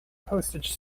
postage